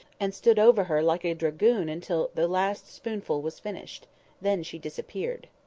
and stood over her like a dragoon until the last spoonful was finished then she disappeared.